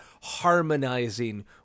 harmonizing